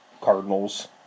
Cardinals